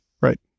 right